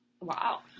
Wow